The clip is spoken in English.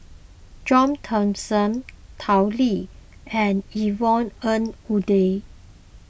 John Thomson Tao Li and Yvonne Ng Uhde